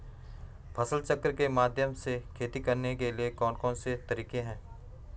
फसल चक्र के माध्यम से खेती करने के लिए कौन कौन से तरीके हैं?